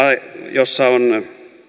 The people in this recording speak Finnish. jossa on